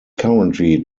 currently